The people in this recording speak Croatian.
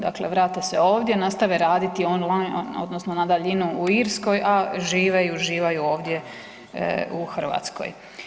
Dakle, vrate se ovdje, nastave raditi .../nerazumljivo/... odnosno na daljinu u Irskoj, a žive i uživaju ovdje u Hrvatskoj.